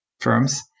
Firms